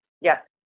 Yes